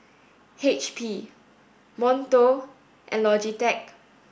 H P Monto and Logitech